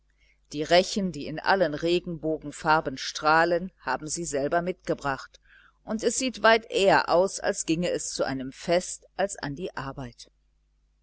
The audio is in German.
die rechen die in allen regenbogenfarben strahlen haben sie selber mitgebracht und es sieht weit eher aus als ginge es zu einem fest als an die arbeit